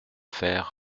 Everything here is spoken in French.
faire